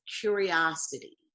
curiosity